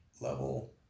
level